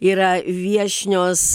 yra viešnios